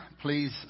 please